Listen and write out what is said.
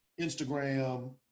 Instagram